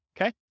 okay